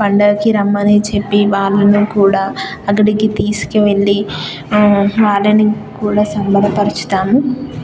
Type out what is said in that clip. పండగకి రమ్మని చెప్పి వాళ్ళను కూడా అక్కడికి తీసుకువెళ్ళి వాళ్ళను కూడా సంబర పరుస్తాము